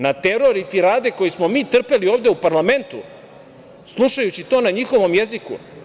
Na teror i tirade koje smo mi trpeli ovde u parlamentu, slušajući to na njihovom jeziku?